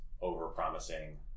over-promising